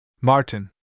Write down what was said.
Martin